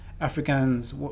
Africans